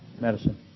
medicine